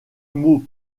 mot